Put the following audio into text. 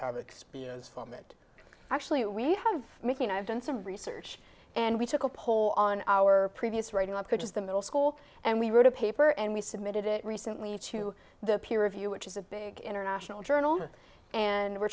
have experience from it actually we have making i've done some research and we took a poll on our previous writing approaches the middle school and we wrote a paper and we submitted it recently to the peer review which is a big international journal and we're